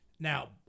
Now